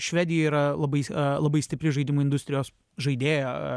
švedija yra labai labai stipri žaidimų industrijos žaidėja